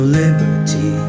liberty